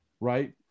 right